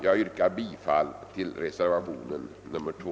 Jag yrkar bifall till reservation 2.